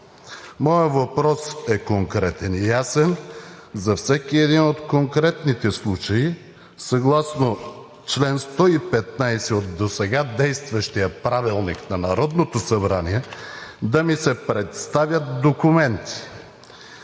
Моят въпрос е конкретен и ясен. За всеки един от конкретните случаи съгласно чл. 115 от досега действащия Правилник на Народното събрание да ми се представят документи.